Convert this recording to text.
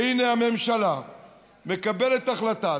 והינה, הממשלה מקבלת החלטה.